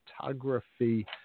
photography